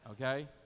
Okay